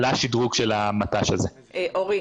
אורי,